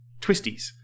twisties